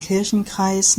kirchenkreis